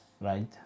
right